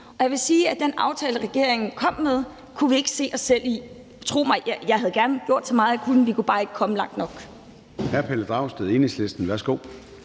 og jeg vil sige, at den aftale, regeringen kom med, kunne vi ikke se os selv i. Tro mig, jeg havde gerne gjort så meget, jeg kunne, men vi kunne bare ikke komme langt nok.